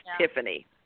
Tiffany